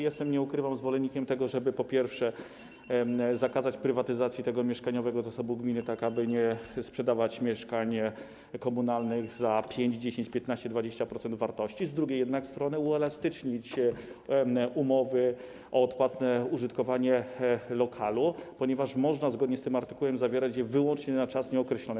Jestem, nie ukrywam, zwolennikiem tego, żeby - po pierwsze - zakazać prywatyzacji tego mieszkaniowego zasobu gminy, tak aby nie sprzedawać mieszkań komunalnych za 5, 10, 15, 20% wartości, z drugiej jednak strony, żeby uelastycznić umowy o odpłatne użytkowanie lokalu, ponieważ można zgodnie z tym artykułem zawierać je wyłącznie na czas nieokreślony.